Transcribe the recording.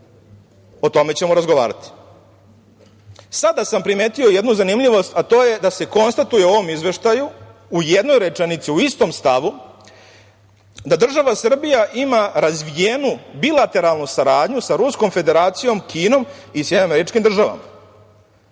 o tome ćemo razgovarati. Sada sam primetio jednu zanimljivost, a to je da se konstatuje u ovom izveštaju, u jednoj rečenici, u istom stavu, da država Srbija ima razvijenu bilateralnu saradnju sa Ruskom Federacijom, Kinom i SAD. Ja sam